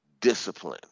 discipline